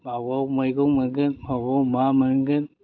बबाव मैगं मोनगोन बबाव मा मोनगोन